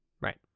right